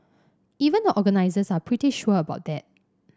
even the organisers are pretty sure about that